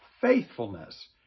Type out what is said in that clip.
faithfulness